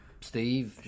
Steve